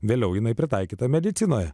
vėliau jinai pritaikyta medicinoje